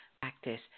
practice